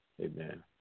Amen